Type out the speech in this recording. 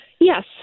Yes